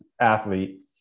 athlete